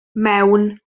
mewn